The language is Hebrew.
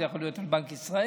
זה יכול להיות בנק ישראל,